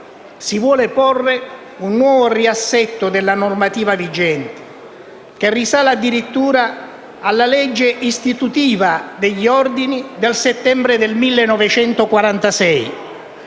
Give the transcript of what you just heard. si vuole porre un nuovo riassetto della normativa vigente, che risale addirittura alla legge istitutiva degli Ordini del settembre del 1946,